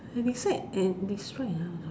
and describe ah